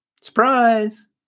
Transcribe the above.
surprise